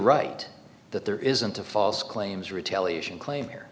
right that there isn't a false claims retaliation claim here